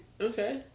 Okay